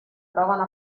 trovano